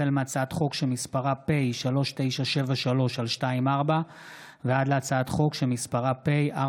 החל בהצעת חוק פ/3973/24 וכלה בהצעת חוק פ/4036/24: